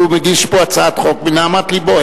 הוא מגיש פה הצעת חוק מנהמת לבו.